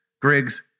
Griggs